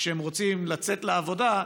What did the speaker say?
כשהם רוצים לצאת לעבודה,